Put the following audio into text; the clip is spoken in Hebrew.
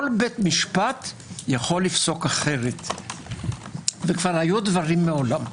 כל בית משפט יכול לפסוק אחרת וכבר היו דברים מעולם.